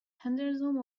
henderson